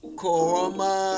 korma